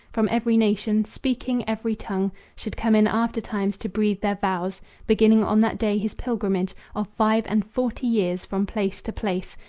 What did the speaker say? from every nation, speaking every tongue, should come in after-times to breathe their vows beginning on that day his pilgrimage of five and forty years from place to place,